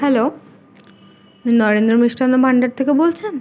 hello Narendra মিষ্টান্ন ভাণ্ডার থেকে বলছেন